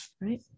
right